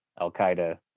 al-qaeda